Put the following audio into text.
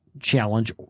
challenge